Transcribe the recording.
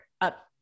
up